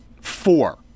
four